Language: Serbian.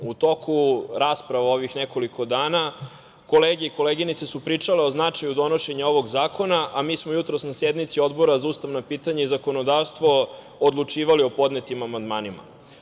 U toku rasprave u ovih nekoliko dana kolege i koleginice su pričale o značaju donošenja ovog zakona, a mi smo jutros na sednici Odbora za ustavna pitanja i zakonodavstvo odlučivali o podnetim amandmanima.